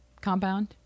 compound